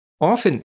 Often